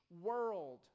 world